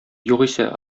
югыйсә